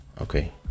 Okay